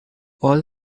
all